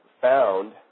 found